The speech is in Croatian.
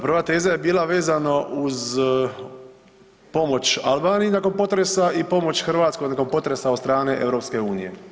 Prva teza je bila vezano uz pomoć Albaniji nakon potresa i pomoć Hrvatskoj nakon potresa od strane EU.